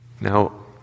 Now